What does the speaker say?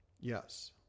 Yes